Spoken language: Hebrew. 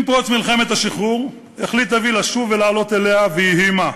עם פרוץ מלחמת השחרור החליט אבי לשוב ולעלות אליה ויהי מה.